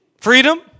Freedom